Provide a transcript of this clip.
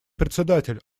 председатель